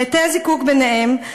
ובתי-הזיקוק ביניהם.